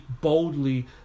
boldly